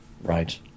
Right